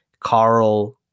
Carl